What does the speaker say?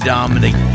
Dominic